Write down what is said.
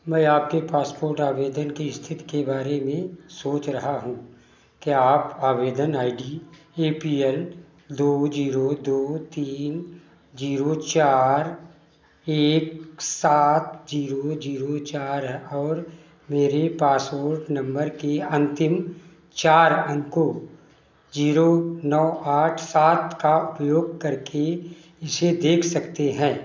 मैं आपके पासपोर्ट आवेदन की स्तिथि के बारे में सोच रहा हूँ क्या आप आवेदन I D A P L दो जीरो दो तीन जीरो चार एक सात जीरो जीरो चार और मेरे पासपोर्ट नंबर के अंतिम चार अंकों जीरो नौ आठ सात का उपयोग करके इसे देख सकते हैं